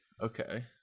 okay